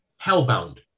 Hellbound